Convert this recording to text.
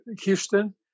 Houston